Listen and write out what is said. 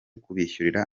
kubishyura